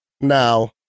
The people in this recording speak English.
Now